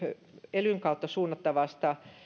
elyn kautta suunnattavasta